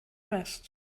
west